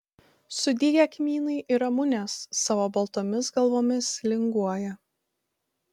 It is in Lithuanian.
sudygę kmynai ir ramunės savo baltomis galvomis linguoja